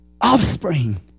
offspring